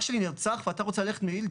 אח שלי נרצח ואתה רוצה ללכת להביא מעיל?